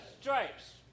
stripes